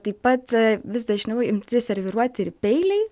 taip pat vis dažniau imti serviruoti ir peiliai